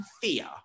fear